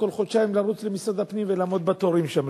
כל חודשיים לרוץ למשרד הפנים ולעמוד בתורים שם.